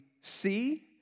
see